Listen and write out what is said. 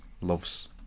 Loves